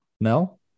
mel